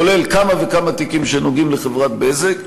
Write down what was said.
כולל כמה וכמה תיקים שנוגעים לחברת "בזק".